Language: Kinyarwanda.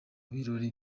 ibirori